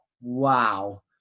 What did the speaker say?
wow